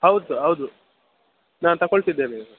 ಹೌದು ಸರ್ ಹೌದು ನಾನು ತಕೊಳ್ತಿದ್ದೇನೆ